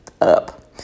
up